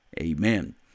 Amen